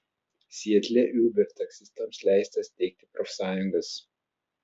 sietle uber taksistams leista steigti profsąjungas